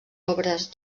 obres